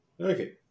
Okay